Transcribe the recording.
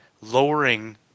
lowering